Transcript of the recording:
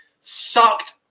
sucked